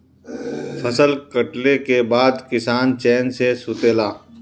फसल कटले के बाद किसान चैन से सुतेला